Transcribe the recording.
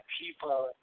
people